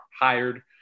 hired